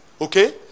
Okay